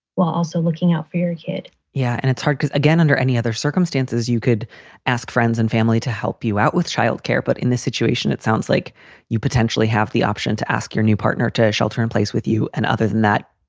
while also looking out for your kid yeah, and it's hard because again, under any other circumstances you could ask friends and family to help you out with child care. but in this situation, it sounds like you potentially have the option to ask your new partner to shelter in place with you. and other than that,